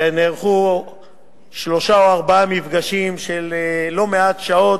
נערכו שלושה או ארבעה מפגשים של לא מעט שעות.